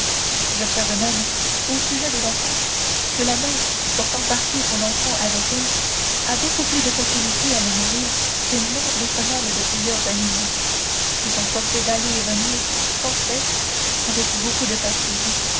j'observe même au sujet de l'enfance que la mère portant partout son enfant avec elle a beaucoup plus de facilité à le nourrir que n'ont les femelles de plusieurs animaux qui sont forcées d'aller et venir sans cesse avec beaucoup de fatigue